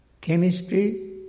chemistry